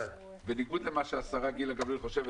בניגוד למה שהשרה גילה גמליאל חושבת,